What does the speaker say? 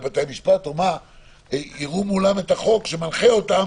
בתי המשפט יראו מולם את החוק שמנחה אותם